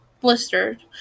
Blistered